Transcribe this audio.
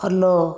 follow